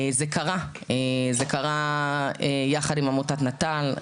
זה קרה יחד עם עמותת נטל,